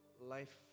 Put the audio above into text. Life